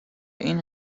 این